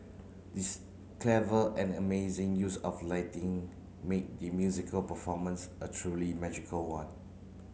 this clever and amazing use of lighting made the musical performance a truly magical one